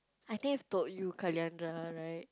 I think I've told you Kaliandra right